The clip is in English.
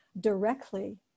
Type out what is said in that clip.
directly